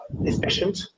efficient